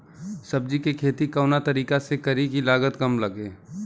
सब्जी के खेती कवना तरीका से करी की लागत काम लगे?